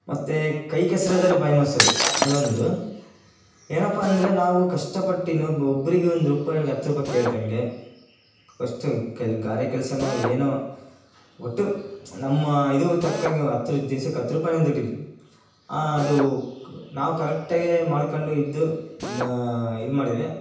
ಮತ್ತು ಕೈ ಕೆಸರಾದರೆ ಬಾಯಿ ಮೊಸರು ಅದೊಂದು ಏನಪ್ಪ ಅಂದರೆ ನಾವು ಕಷ್ಟಪಟ್ಟು ಇನ್ನೊಬ್ಬ ಒಬ್ರಿಗೆ ಒಂದು ರೂಪಾಯಿ ಹತ್ತು ರೂಪಾಯಿ ಕೇಳದಂಗೆ ಫಸ್ಟು ಕ್ ಗಾರೆ ಕೆಲಸನೋ ಏನೋ ಒಟ್ಟು ನಮ್ಮ ಇದು ತಕ್ಕಂಗೆ ಹತ್ತು ಇದು ದಿವ್ಸಕ್ಕೆ ಹತ್ತು ರೂಪಾಯಿ ಅವ್ನು ದುಡೀಲಿ ಅದು ಕ್ ನಾವು ಕರೆಕ್ಟಾಗೆ ಮಾಡ್ಕೊಂಡು ಇದ್ದು ಇದ್ನ ಮಾಡಿದ್ರೆ